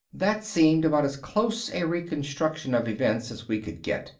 that seemed about as close a reconstruction of events as we could get.